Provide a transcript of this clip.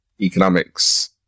economics